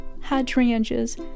hydrangeas